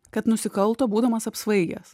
kad nusikalto būdamas apsvaigęs